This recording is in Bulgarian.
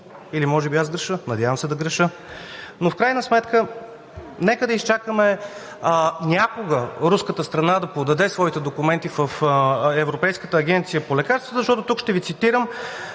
или може би аз греша. Надявам се да греша. В крайна сметка нека да изчакаме някога руската страна да подаде своите документи в Европейската агенция по лекарствата, защото тук ще Ви цитирам